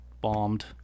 bombed